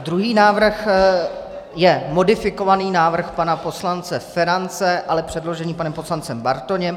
Druhý návrh je modifikovaný návrh pana poslance Ferance, ale předložený panem poslancem Bartoněm.